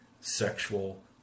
sexual